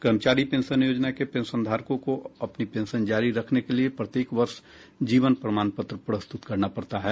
कर्मचारी पेंशन योजना के पेंशनधारकों को अपनी पेंशन जारी रखने के लिए प्रत्येक वर्ष जीवन प्रमाण पत्र प्रस्तुत करना पडता है